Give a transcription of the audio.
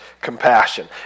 compassion